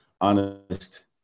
honest